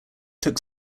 took